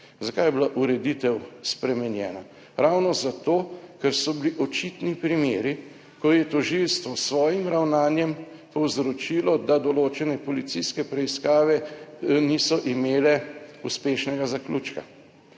Zakaj je bila ureditev spremenjena? Ravno zato, ker so bili očitni primeri, ko je tožilstvo s svojim ravnanjem povzročilo, da določene policijske preiskave niso imele uspešnega zaključka.